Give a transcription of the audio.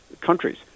countries